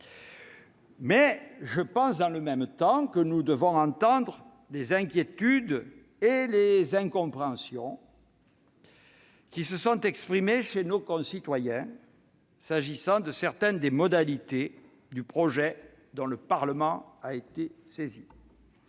Dans le même temps, je pense que nous devons entendre les inquiétudes et les incompréhensions exprimées par nos concitoyens s'agissant de certaines modalités du projet dont le Parlement a été saisi.